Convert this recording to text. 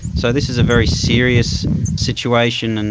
so this is a very serious situation, and